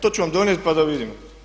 To ću vam donijeti pa da vidimo.